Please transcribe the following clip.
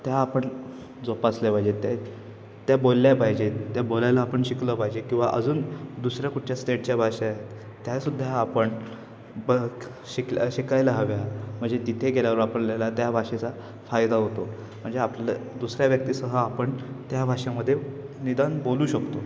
त्या आपण जोपासल्या पाहिजेत त्या त्या बोलल्या पाहिजेत त्या बोलायला आपण शिकलो पाहिजे किंवा अजून दुसऱ्या कुठच्या स्टेटच्या भाषा आहेत त्यासुद्धा आपण ब शिकल्या शिकायला हव्या म्हणजे तिथे गेल्यावर आपल्याला त्या भाषेचा फायदा होतो म्हणजे आपल्या दुसऱ्या व्यक्तीसह आपण त्या भाषेमध्ये निदान बोलू शकतो